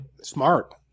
Smart